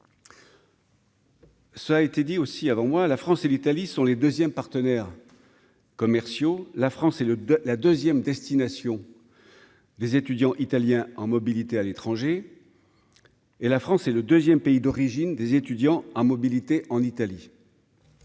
ça a été dit aussi avant moi, la France et l'Italie sont les deuxièmes partenaires commerciaux, la France et le de la 2ème destination des étudiants italiens en mobilité à l'étranger, et la France est le 2ème, pays d'origine des étudiants en mobilité en Italie.